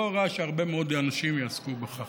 לא רע שהרבה מאוד אנשים יעסקו בכך.